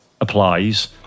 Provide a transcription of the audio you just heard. applies